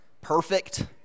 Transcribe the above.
perfect